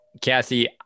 Cassie